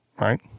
right